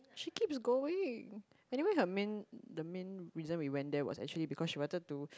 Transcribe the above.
she keeps going anyway her main the main reason we went there was actually because she wanted to